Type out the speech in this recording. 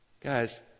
Guys